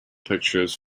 pictures